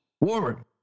Warren